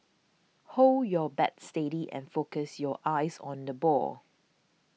hold your bat steady and focus your eyes on the ball